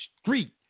street